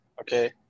okay